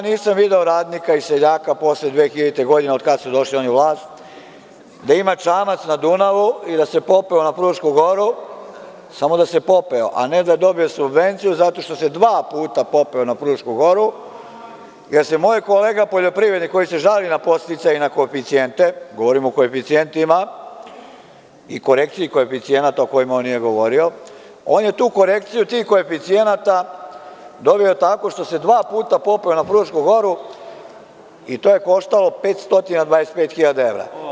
Nisam video radnika i seljaka posle 2000. godine, od kada su došli oni na vlast, da ima čamac na Dunavu i da se popeo na Frušku Goru, samo da se popeo, a ne da je dobio subvenciju zato što se dva puta popeo na Frušku Goru, jer se moj kolega poljoprivrednik, koji se žali na podsticaje i koeficijente, govorim o koeficijentima i korekciji koeficijenata o kojima on nije govorio, on je tu korekciju tih koeficijenata dobio tako što se dva puta popeo na Frušku Goru - i to je koštalo 525.000 evra.